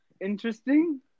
interesting